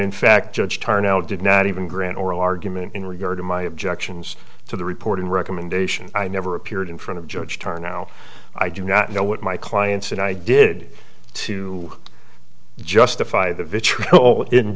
in fact judge tarnal did not even grant oral argument in regard to my objections to the reporting recommendation i never appeared in front of judge karnow i do not know what my clients and i did to justify the vitriol in